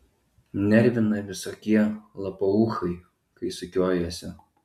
nervina visokie lapauchai kai sukiojasi